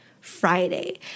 Friday